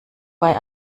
bei